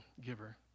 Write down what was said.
giver